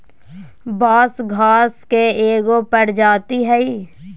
बांस घास के एगो प्रजाती हइ